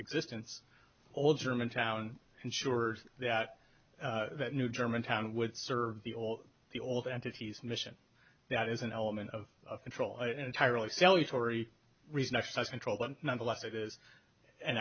existence all germantown ensures that that new german town would serve the old the old entities mission that is an element of control and entirely silly story reason ex pats control but nonetheless it is an